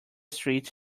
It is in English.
street